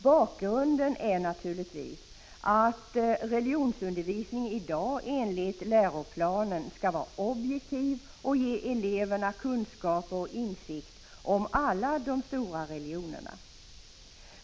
Bakgrunden är att religionsundervisningen i dag enligt läroplanen skall vara objektiv och ge eleverna kunskaper om och insikt i alla de stora religionerna.